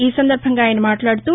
ఈ సందర్బంగా ఆయన మాట్లాడుతూ